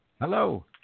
Hello